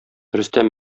рөстәм